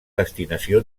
destinació